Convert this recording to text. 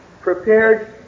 prepared